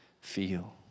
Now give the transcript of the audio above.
feel